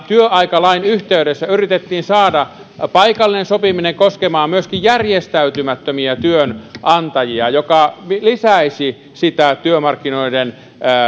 työaikalain yhteydessä yritettiin saada paikallinen sopiminen koskemaan myöskin järjestäytymättömiä työnantajia mikä lisäisi työmarkkinoiden